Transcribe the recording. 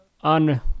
on